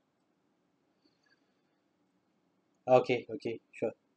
okay okay sure